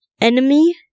enemy